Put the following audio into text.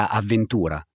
avventura